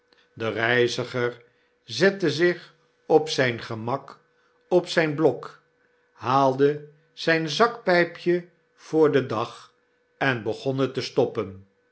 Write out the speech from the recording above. de reiziger zette zich op zyn gemak op zyn blok haalde zijn zakpypje voor den dag en begon het te stoppen